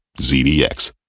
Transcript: ZDX